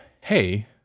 Hey